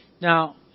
Now